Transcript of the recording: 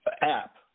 app